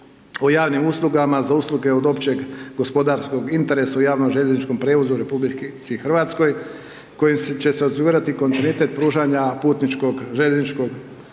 o javnim uslugama za usluge od općeg gospodarskog interesa u javnom željezničkom prijevozu u RH kojim će se osigurati kontinuitet pružanja putničkog željezničkog